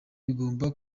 bigomba